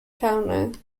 county